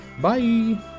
Bye